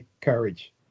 courage